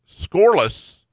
Scoreless